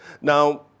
Now